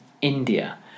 India